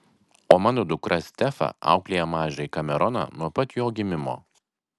o mano dukra stefa auklėja mažąjį kameroną nuo pat jo gimimo